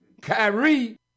Kyrie